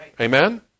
Amen